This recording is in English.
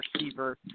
receiver